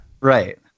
Right